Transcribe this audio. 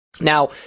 Now